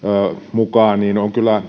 mukaan on kyllä